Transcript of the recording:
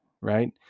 right